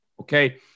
Okay